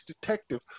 detective